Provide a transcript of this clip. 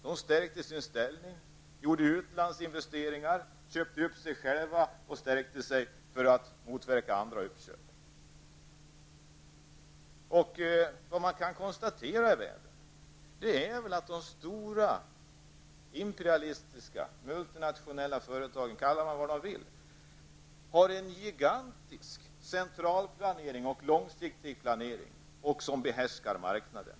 De stärkte sin ställning, gjorde utlandsinvesteringar, köpte upp sig själva och stärkte sig för att motverka andra uppköp. Man kan konstatera att framför allt de stora imperialistiska multinationella företagen i världen har en gigantisk centralplanering och långsiktig planering. De behärskar marknaden.